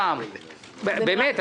באמת,